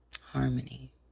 harmony